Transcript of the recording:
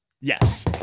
yes